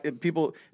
people